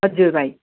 हजुर भाइ